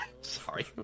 Sorry